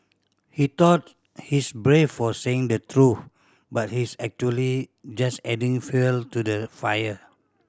he thought he's brave for saying the truth but he's actually just adding fuel to the fire